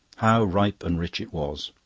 how ripe and rich it was,